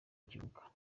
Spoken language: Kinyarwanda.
kibuga